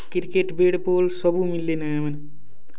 cricket bat ball ସବୁ ମିଲ୍ଲେ ନେ ଆମେ